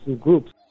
groups